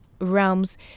realms